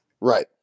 Right